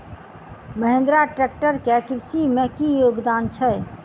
Mahindra tractor केँ कृषि मे की योगदान छै?